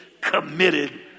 committed